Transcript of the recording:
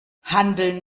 handeln